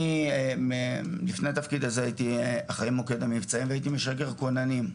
אני לפני תפקיד הזה הייתי אחראי מוקד המבצעים והייתי משגר כוננים,